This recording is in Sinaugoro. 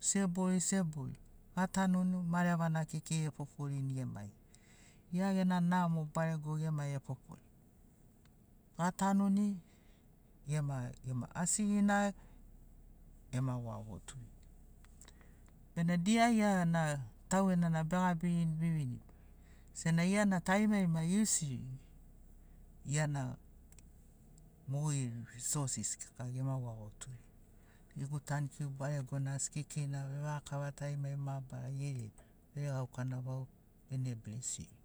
sebori sebori gatanuni marevana efoforini kekei gemai gia gena namo barego gemai efoforini. Gatanuni gema gema asigina gema wavotuni. Bena dia gia na taugena na begabirini bivinin sena gia na tarimarima iusirin gia na mogeri risorses kika gema wavoturini gegu tankiu baregona asi kekeina vevaga kava tarimari mabarari geri ai veregauka na vau bene blesiri